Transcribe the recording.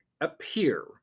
appear